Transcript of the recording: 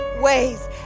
ways